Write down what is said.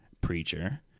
preacher